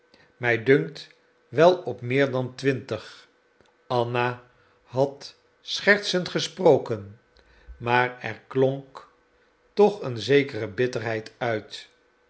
mij dunkt wel op meer dan twintig anna had schertsend gesproken maar er klonk toch een zekere bitterheid uit